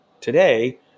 today